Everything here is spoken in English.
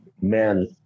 Man